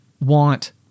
want